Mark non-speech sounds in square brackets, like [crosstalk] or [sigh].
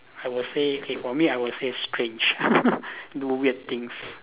I would say okay for me I would say strange [laughs] do weird things